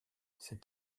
cet